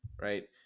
Right